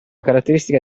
caratteristica